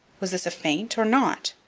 was this a feint or not?